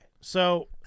So-